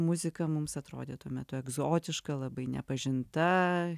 muzika mums atrodė tuo metu egzotiška labai nepažinta